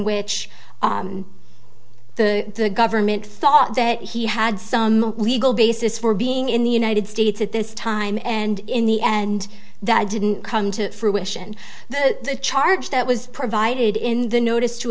which the government thought that he had some legal basis for being in the united states at this time and in the end that didn't come to fruition the charge that was provided in the notice to